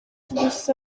gusa